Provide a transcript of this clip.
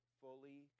fully